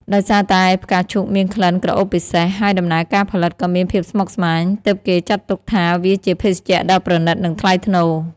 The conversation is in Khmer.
ដោយសារតែផ្កាឈូកមានក្លិនក្រអូបពិសេស ហើយដំណើរការផលិតក៏មានភាពស្មុគស្មាញ ទើបគេចាត់ទុកថាវាជាភេសជ្ជៈដ៏ប្រណីតនិងថ្លៃថ្នូរ។